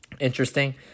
interesting